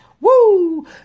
Woo